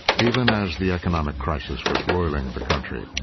even as the economic crisis was roiling the country,